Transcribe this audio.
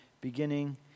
beginning